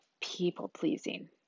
people-pleasing